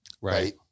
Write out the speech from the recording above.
right